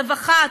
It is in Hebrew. הרווחה,